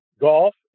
golf